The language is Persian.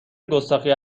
گستاخی